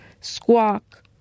Squawk